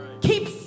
keep